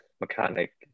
mechanic